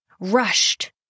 rushed